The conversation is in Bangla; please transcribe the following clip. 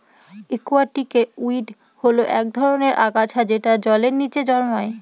একুয়াটিকে উইড হল এক ধরনের আগাছা যেটা জলের নীচে জন্মায়